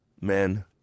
Men